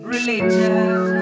Religious